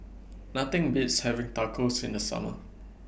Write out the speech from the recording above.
Nothing Beats having Tacos in The Summer